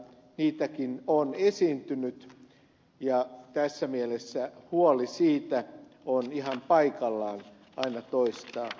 niitäkin pyrkimyksiä on esiintynyt ja tässä mielessä huoli siitä on ihan paikallaan aina toistaa